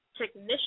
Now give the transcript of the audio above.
technician